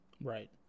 Right